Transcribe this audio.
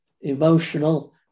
emotional